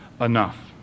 enough